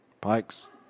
Pikes